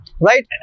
Right